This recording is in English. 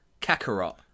Kakarot